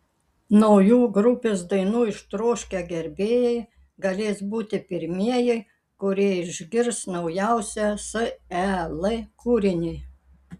naujų grupės dainų ištroškę gerbėjai galės būti pirmieji kurie išgirs naujausią sel kūrinį